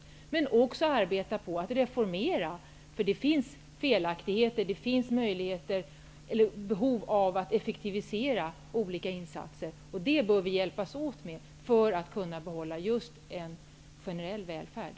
Vi måste också arbeta på att reformera. Det finns nämligen behov av att effektivisera olika in satser. Det bör vi hjälpas åt med för att vi skall kunna behålla den generella välfärden.